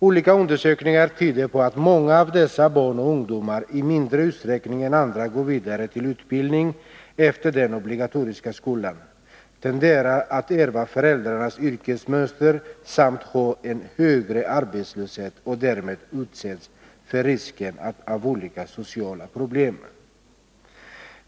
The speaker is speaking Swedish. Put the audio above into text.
Olika undersökningar tyder på att många av dessa barn och ungdomar i mindre utsträckning än andra går vidare till utbildning efter den obligatoriska skolan, tenderar att ärva föräldrarnas yrkesmönster samt har en högre arbetslöshet och därmed utsätts för risken av olika sociala problem.